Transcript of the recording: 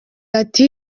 ati